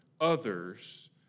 others